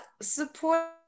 support